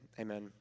amen